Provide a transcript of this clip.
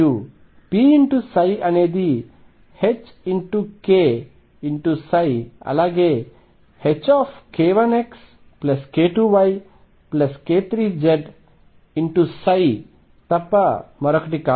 మరియు p ψ అనేది k ψ అలాగే k1xk2yk3zతప్ప మరొకటి కాదు